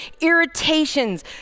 irritations